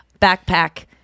backpack